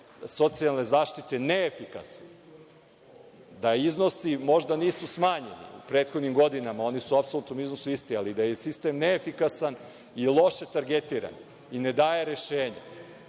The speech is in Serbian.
socijalne zaštite neefikasan, da iznosi možda nisu smanjeni u prethodnim godinama, oni su u apsolutnom iznosu isti, ali da je sistem neefikasan i loše targetiran i ne daje rešenja.